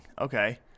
Okay